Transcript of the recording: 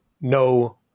no